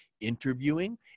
interviewing